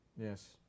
yes